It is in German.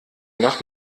nach